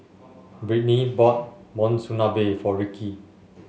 Brittnee bought Monsunabe for Ricki